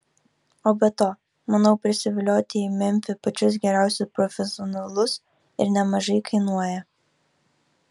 o be to manau prisivilioti į memfį pačius geriausius profesionalus ir nemažai kainuoja